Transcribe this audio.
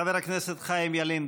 חבר הכנסת חיים ילין,